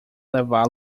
levá